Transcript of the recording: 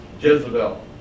Jezebel